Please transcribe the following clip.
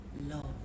love